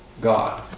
God